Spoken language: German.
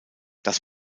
das